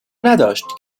نداشت